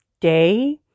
day